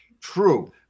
True